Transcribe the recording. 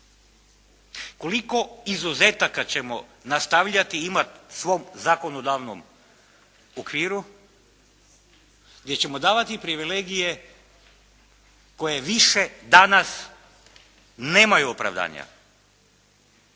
Koliko izuzetaka ćemo nastavljati i imati u svom zakonodavnom okviru gdje ćemo davati privilegije koje više danas nemaju opravdanja.